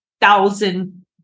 thousand